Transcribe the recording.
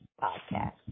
podcast